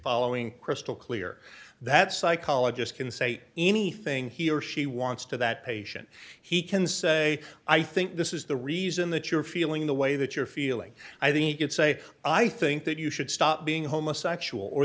following crystal clear that psychologist can say anything he or she wants to that patient he can say i think this is the reason that you're feeling the way that you're feeling i think it say i think that you should stop being homosexual or